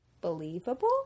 Believable